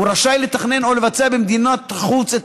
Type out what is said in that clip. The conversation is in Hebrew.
הוא רשאי לתכנן או לבצע במדינת החוץ את